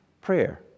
prayer